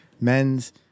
Men's